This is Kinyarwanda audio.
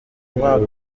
umwaka